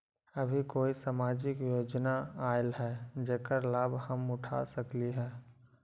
अभी कोई सामाजिक योजना आयल है जेकर लाभ हम उठा सकली ह?